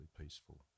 peaceful